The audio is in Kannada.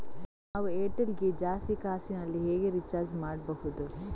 ನಾವು ಏರ್ಟೆಲ್ ಗೆ ಜಾಸ್ತಿ ಕಾಸಿನಲಿ ಹೇಗೆ ರಿಚಾರ್ಜ್ ಮಾಡ್ಬಾಹುದು?